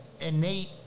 Innate